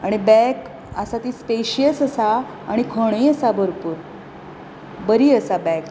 आनी बॅग आसा ती स्पेशियस आसा आनी खणय आसा भरपूर बरी आसा बॅग